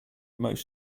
most